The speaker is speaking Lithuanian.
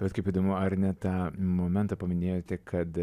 bet kaip įdomu ar ne tą momentą paminėjote kad